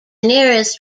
nearest